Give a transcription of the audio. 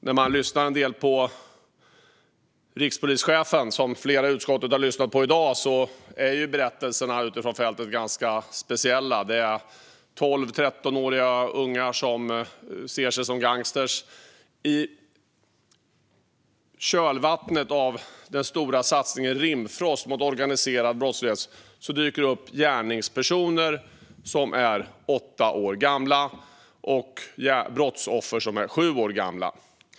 När man lyssnar på rikspolischefen, som flera i utskottet har gjort i dag, hör man att berättelserna utifrån fältet är ganska speciella. Det är 12 och 13-åriga ungar som ser sig som gangstrar. I kölvattnet av den stora satsningen Rimfrost mot organiserad brottslighet dyker det upp gärningspersoner som är åtta år gamla och brottsoffer som är sju år gamla.